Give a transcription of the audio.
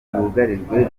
bugarijwe